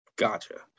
Gotcha